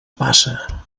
passa